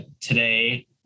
today